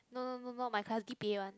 no no no no my class D_P_A one